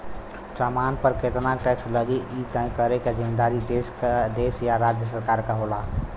सामान पर केतना टैक्स लगी इ तय करे क जिम्मेदारी देश या राज्य सरकार क होला